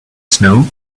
snow